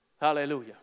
Hallelujah